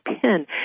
pin